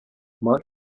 mark